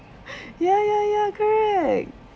ya ya ya correct